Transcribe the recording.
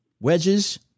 wedges